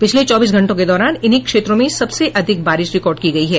पिछले चौबीस घंटों के दौरान इन्हीं क्षेत्रों में सबसे अधिक बारिश रिकॉर्ड की गयी है